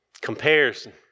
Comparison